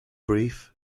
brief